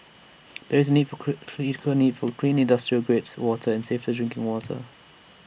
there is A need for critical need for clean industrial grades water and safer drinking water